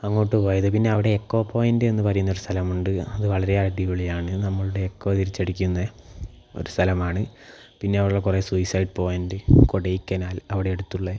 അങ്ങോട്ട് പോയത് പിന്നെ അവിടെ എക്കോ പോയിന്റ് എന്നു പറയുന്ന ഒരു സ്ഥലമുണ്ട് അത് വളരെ അടിപൊളിയാണ് നമ്മളുടെ എക്കോ തിരിച്ചടിക്കുന്ന ഒരു സ്ഥലമാണ് പിന്നെയുള്ള കുറേ സൂയ്സൈഡ് പോയിന്റ് കൊടേക്കനാൽ അവിടെ അടുത്തുള്ള